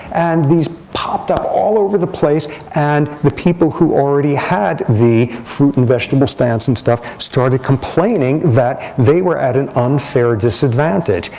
and these popped up all over the place. and the people who already had the fruit and vegetable stands and stuff started complaining that they were at an unfair disadvantage.